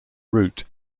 route